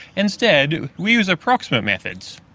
instead we use approximate methods,